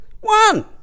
one